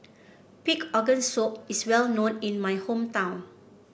Pig Organ Soup is well known in my hometown